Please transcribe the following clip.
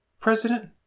president